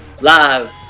Live